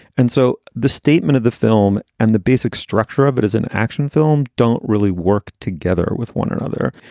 and so the statement of the film and the basic structure of it is an action film don't really work together with one another.